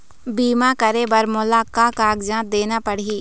बीमा करे बर मोला का कागजात देना पड़ही?